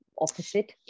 opposite